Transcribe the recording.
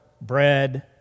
bread